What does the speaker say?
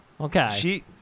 Okay